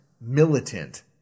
militant